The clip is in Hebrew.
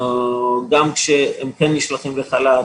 כשהם נשלחים לחל"ת,